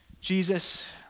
Jesus